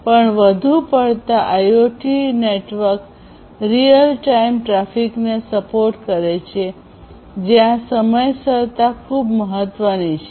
પણ વધુ પડતાં આઇઓટી નેટવર્ક રીઅલ ટાઇમ ટ્રાફિકને સપોર્ટ કરે છે જ્યાં સમયસરતા ખૂબ મહત્ત્વની છે